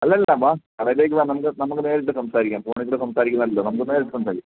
അല്ലല്ല വാ കടയിലേക്ക് വാ നമുക്ക് നമുക്ക് നേരിട്ട് സംസാരിക്കാം ഫോണിക്കൂടെ സംസാരിക്കുന്നതല്ലല്ലോ നമുക്ക് നേരിട്ട് സംസാരിക്കാം